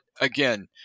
again